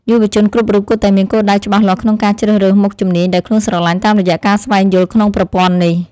យុវជនគ្រប់រូបគួរតែមានគោលដៅច្បាស់លាស់ក្នុងការជ្រើសរើសមុខជំនាញដែលខ្លួនស្រឡាញ់តាមរយៈការស្វែងយល់ក្នុងប្រព័ន្ធនេះ។